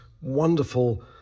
wonderful